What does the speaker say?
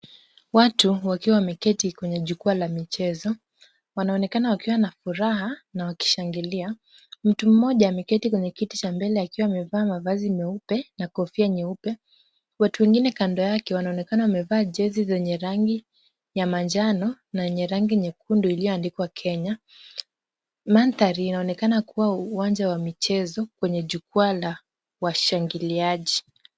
Watu wakiwa wameketi kwenye jukwaa la michezo. Wanaonekana wakiwa na furaha na wakishangilia, mtu mmoja ameketi kwenye kiti cha mbele akiwa amevaa mavazi meupe na kofia nyeupe. Watu wengine kando yake wanaonekana wamevaa jezi zenye rangi ya manjano na yenye rangi nyekundu iliyoandikwa Kenya. Mandhari inaonekana kuwa uwanja wa michezo kwenye jukwaa la washangiliaji.